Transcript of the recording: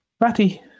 Ratty